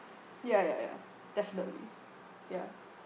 ya ya ya definitely ya